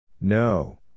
No